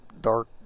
dark